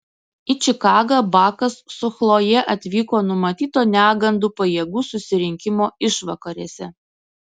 į čikagą bakas su chloje atvyko numatyto negandų pajėgų susirinkimo išvakarėse